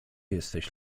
jesteś